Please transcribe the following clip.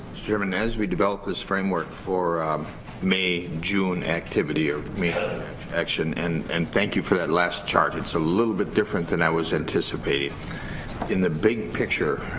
as we developed this framework for may june activity or action, and and thank you for that last chart, it's a little bit different than i was anticipating in the big picture,